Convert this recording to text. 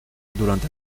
durante